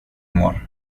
mår